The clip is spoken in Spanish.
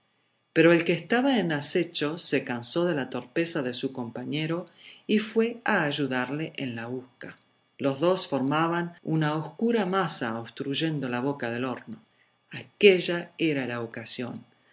pero el que estaba en acecho se cansó de la torpeza de su compañero y fue a ayudarle en la busca los dos formaban una oscura masa obstruyendo la boca del horno aquella era la ocasión